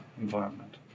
environment